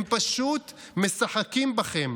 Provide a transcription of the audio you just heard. הם פשוט משחקים בכם.